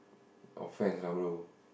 offence lah bro